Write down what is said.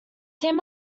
team